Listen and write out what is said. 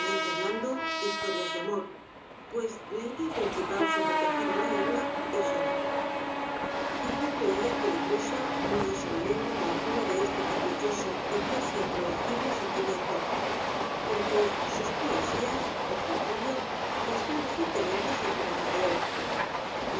hablando historias de amor pues la idea principal sobre que gira la obra es otra quizá creía que la prosa no es una lengua á la altura de ese caprichoso y casi intraducibie sentimiento porque sus poesías al contrario están fuertemente saturadas de él